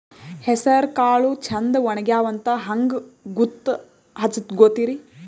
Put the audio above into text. ಹೆಸರಕಾಳು ಛಂದ ಒಣಗ್ಯಾವಂತ ಹಂಗ ಗೂತ್ತ ಹಚಗೊತಿರಿ?